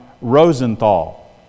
Rosenthal